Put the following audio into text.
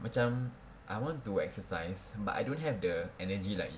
macam I want to exercise but I don't have the energy like you